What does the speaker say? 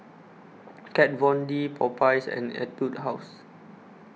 Kat Von D Popeyes and Etude House